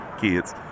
Kids